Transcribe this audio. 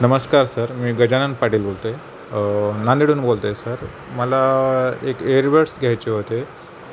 नमस्कार सर मी गजानन पाटील बोलतो आहे नांदेडहून बोलतो आहे सर मला एक एअरबड्स घ्यायचे होते